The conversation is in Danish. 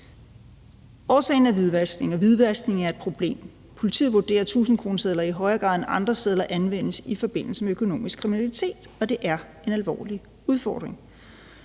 Årsagen er hvidvaskning, og hvidvaskning er et problem. Politiet vurderer, at 1.000-kronesedler i højere grad end andre sedler anvendes i forbindelse med økonomisk kriminalitet, og det er en alvorlig udfordring.